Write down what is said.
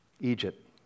Egypt